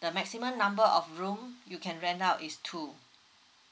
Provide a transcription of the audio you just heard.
the maximum number of room you can rent out is two